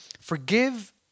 forgive